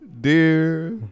Dear